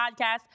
Podcast